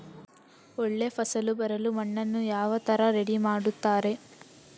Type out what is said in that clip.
ಒಳ್ಳೆ ಫಸಲು ಬರಲು ಮಣ್ಣನ್ನು ಯಾವ ತರ ರೆಡಿ ಮಾಡ್ತಾರೆ?